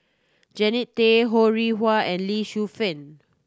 Jannie Tay Ho Rih Hwa and Lee Shu Fen